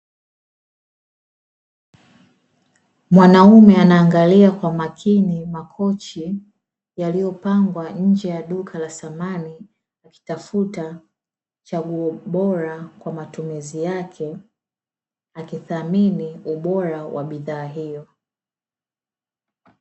Mwanaume anaangalia kwa umakini makochi yaliyopangwa nje ya duka la samani, akitafuta chaguo bora kwa matumizi yake, akithamini ubora wa bidhaa hiyo.